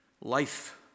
life